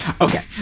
Okay